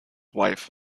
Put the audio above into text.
wife